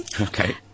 Okay